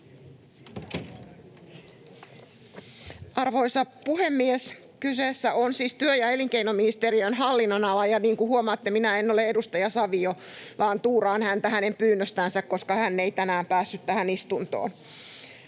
Arvoisa puhemies! Kyseessä on siis työ‑ ja elinkeinoministeriön hallinnonala, ja niin kuin huomaatte, minä en ole edustaja Savio vaan tuuraan häntä hänen pyynnöstänsä, koska hän ei tänään päässyt tähän istuntoon.